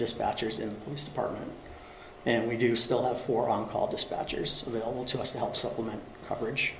dispatchers in this department and we do still have four on call dispatchers available to us to help supplement coverage